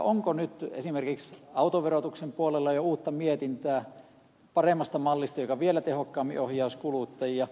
onko nyt esimerkiksi autoverotuksen puolella jo uutta mietintää paremmasta mallista joka vielä tehokkaammin ohjaisi kuluttajia